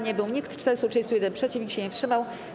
Nie był nikt za, 431 - przeciw, nikt się nie wstrzymał.